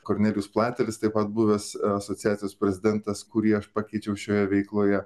kornelijus platelis taip pat buvęs asociacijos prezidentas kurį aš pakeičiau šioje veikloje